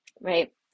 Right